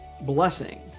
blessing